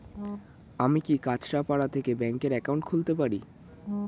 আমি কি কাছরাপাড়া থেকে ব্যাংকের একাউন্ট খুলতে পারি?